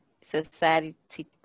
society